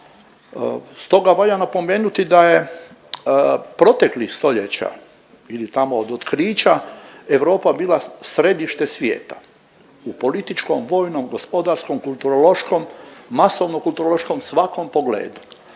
Stoga valja napomenuti da je proteklih stoljeća ili tamo od otkrića Europa bila središte svijeta u političkom, vojnom, gospodarskom, kulturološkom, masovnom kulturološkom svakom pogledu